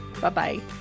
bye-bye